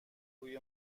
روی